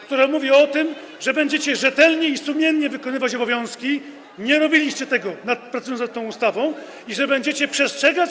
które mówi o tym, że będziecie rzetelnie i sumiennie wykonywać obowiązki - nie robiliście tego, pracując nad tą ustawą - i że będziecie przestrzegać.